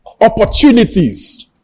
opportunities